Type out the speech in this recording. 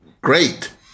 great